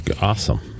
Awesome